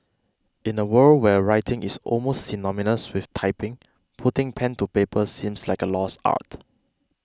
in a world where writing is almost synonymous with typing putting pen to paper seems like a lost art